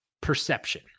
perception